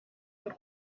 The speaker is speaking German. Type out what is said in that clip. und